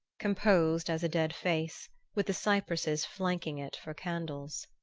composed as a dead face, with the cypresses flanking it for candles.